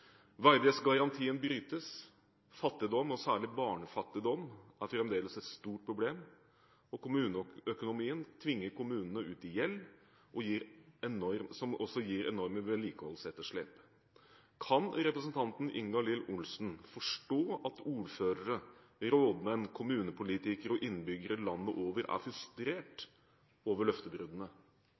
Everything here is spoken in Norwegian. tomme. Verdighetsgarantien brytes. Fattigdom – særlig barnefattigdom – er fremdeles et stort problem. Kommuneøkonomien tvinger kommunene ut i gjeld, noe som også gir enorme vedlikeholdsetterslep. Kan representanten Ingalill Olsen forstå at ordførere, rådmenn, kommunepolitikere og innbyggere landet over er frustrert over løftebruddene?